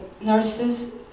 nurses